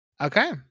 Okay